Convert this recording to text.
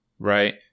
Right